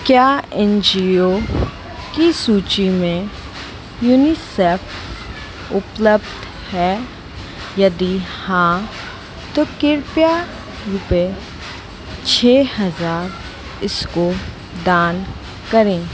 क्या N G O की सूची में यूनिसेफ़ उपलब्ध है यदि हाँ तो कृपया रुपये छ हज़ार इसको दान करें